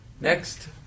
Next